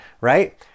right